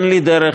אין לי דרך,